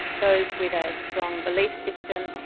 those with a strong belief system,